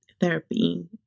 therapy